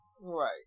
right